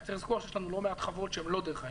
רק צריך לזכור שיש לנו לא מעט חוות שהן לא דרך היין.